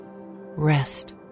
rest